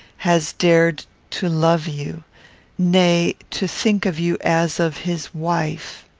has dared to love you nay, to think of you as of his wife!